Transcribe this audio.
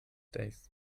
days